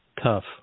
tough